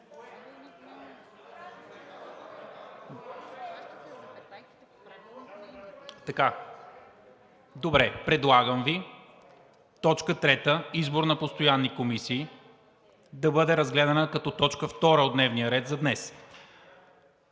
Добре. Предлагам Ви точка трета – Избор на постоянни комисии, да бъде разгледана като точка втора от дневния ред за днес,